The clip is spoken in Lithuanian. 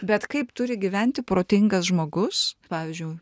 bet kaip turi gyventi protingas žmogus pavyzdžiui